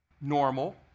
normal